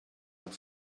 hat